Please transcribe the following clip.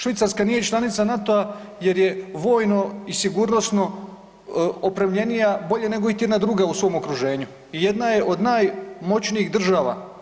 Švicarska nije članica NATO-a jer je vojno i sigurnosno opremljenija bolje nego iti jedna druga u svom okruženju i jedna je od najmoćnijih država.